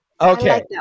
Okay